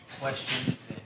questions